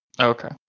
Okay